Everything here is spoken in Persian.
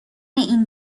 این